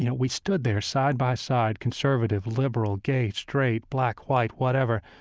you know we stood there side by side, conservative, liberal, gay, straight, black, white, whatever.